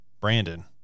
Brandon